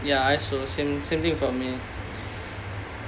ya I also same same thing for me